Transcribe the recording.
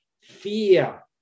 fear